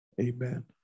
Amen